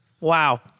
Wow